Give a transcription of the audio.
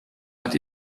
hat